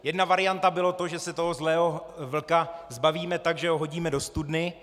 Jedna varianta bylo to, že se toho zlého vlka zbavíme tak, že ho hodíme do studny.